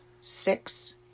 six